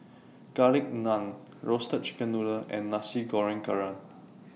Garlic Naan Roasted Chicken Noodle and Nasi Goreng Kerang